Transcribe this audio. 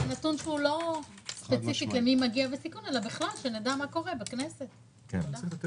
זה נתון שלא ספציפית למי מגיע אלא שנדע מה קורה בכנסת בכלל.